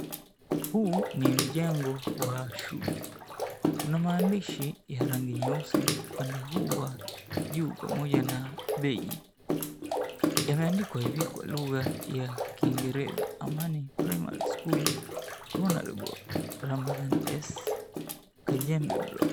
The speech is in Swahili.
Huu ni mjengo wa shule. Kuna maandishi ya rangi nyeusi upande huu wa juu pamoja na beji, yameandikwa hivi, kwa lugha ya Kiingereza: Amani Primary School Hon. Ramathan S. Kajembe Block.